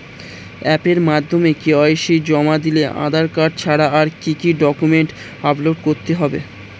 অ্যাপের মাধ্যমে কে.ওয়াই.সি জমা দিলে আধার কার্ড ছাড়া আর কি কি ডকুমেন্টস আপলোড করতে হবে?